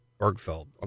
bergfeld